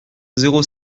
zéro